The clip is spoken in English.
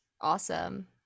awesome